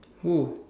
who